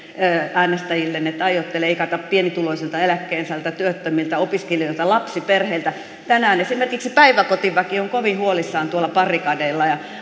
äänestäjillenne että aiotte leikata pienituloisilta eläkkeensaajilta työttömiltä opiskelijoilta lapsiperheiltä tänään esimerkiksi päiväkotiväki on kovin huolissaan tuolla barrikadeilla ja